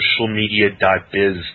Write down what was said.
socialmedia.biz